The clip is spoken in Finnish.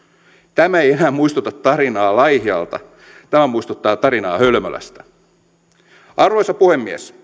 tämä ei enää muistuta tarinaa laihialta tämä muistuttaa tarinaa hölmölästä arvoisa puhemies